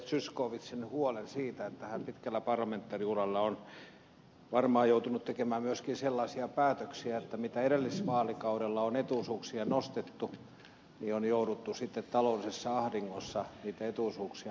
zyskowiczin huolen siitä että hän pitkällä parlamentaariurallaan on varmaan joutunut tekemään myöskin sellaisia päätöksiä että mitä edellisvaalikaudella on etuisuuksia nostettu niin on jouduttu sitten taloudellisessa ahdingossa niitä etuisuuksia peruuttamaan